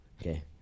Okay